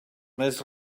més